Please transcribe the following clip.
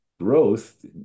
growth